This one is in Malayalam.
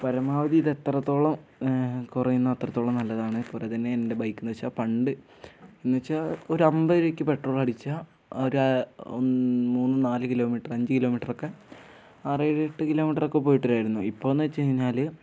പരമാവധി ഇത് എത്രത്തോളം കുറയുന്നോ അത്രത്തോളം നല്ലതാണ് പോലെത്തന്നെ എൻ്റെ ബൈക്ക് എന്ന് വെച്ചാൽ പണ്ട് എന്ന് വെച്ചാൽ ഒരു അമ്പത് രൂപയ്ക്ക് പെട്രോൾ അടിച്ചാൽ ഒരു മൂന്ന് നാല് കിലോമീറ്റർ അഞ്ച് കിലോമീറ്ററൊക്കെ അറേഴ് എട്ട് കിലോമീറ്ററൊക്കെ പോയിട്ട് വരാമായിരുന്നു ഇപ്പോൾ എന്ന് വെച്ച് കഴിഞ്ഞാൽ